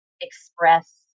express